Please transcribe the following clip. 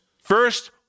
first